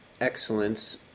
excellence